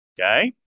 Okay